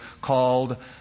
called